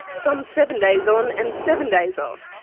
some seven days on and seven days off.